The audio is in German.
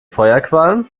feuerquallen